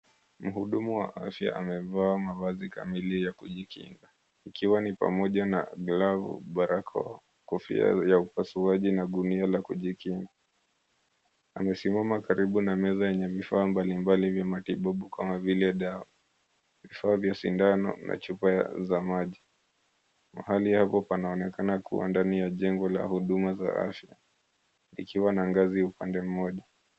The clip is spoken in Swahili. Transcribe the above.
Mhudumu wa afya amevaa mavazi kamili ya kujikinga ikiwa ni pamoja na glavu barakoa kofia ya upasuaji na gunia la kujinga. Amesimama karibu na meza yenye vifaa mbalimbali vya matibabu kama vile dawa, vifaa vya sindano na chupa za maji. Mahali hapo panaonekana kuwa ndani ya jengo la afya likiwa na ngazi upande mmoja.